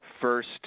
first